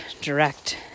direct